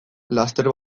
laster